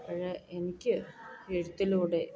അപ്പോൾ എനിക്ക് എഴുത്തിലൂടെ